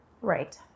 Right